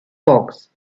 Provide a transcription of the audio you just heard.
box